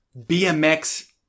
BMX